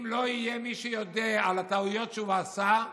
אם לא יהיה מי שיודה על הטעויות שהוא עשה,